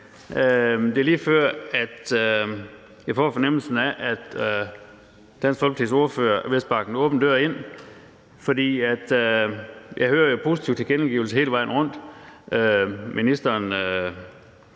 Det er lige før, at jeg får fornemmelsen af, at Dansk Folkepartis ordfører er ved at sparke en åben dør ind, for jeg hører jo positive tilkendegivelser hele vejen rundt.